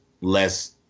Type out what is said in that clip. less